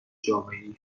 جامعهای